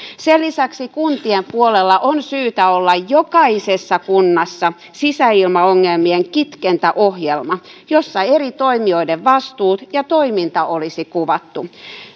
sen lisäksi kuntien puolella on syytä olla jokaisessa kunnassa sisäilmaongelmien kitkentäohjelma jossa eri toimijoiden vastuut ja toiminta olisi kuvattu